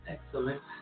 Excellent